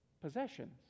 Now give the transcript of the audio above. Possessions